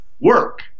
work